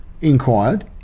inquired